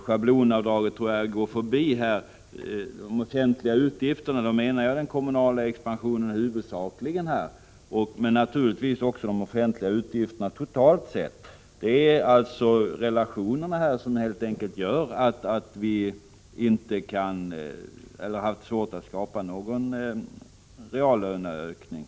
Schablonavdragen tror jag att jag skall gå förbi. Med de oförändrade utgifterna avser jag i huvudsak den kommunala expansionen, men naturligtvis också de offentliga utgifterna totalt sett. Det är helt enkelt relationerna häremellan som gör att vi inte kan eller har svårt att skapa någon reallöneökning.